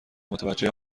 متوجه